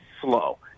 slow